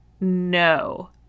no